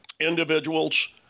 Individuals